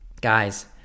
guys